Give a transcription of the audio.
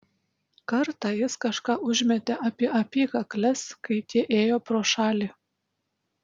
kartą jis kažką užmetė apie apykakles kai tie ėjo pro šalį